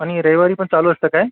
आणि रविवारी पण चालू असतं काय